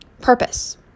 purpose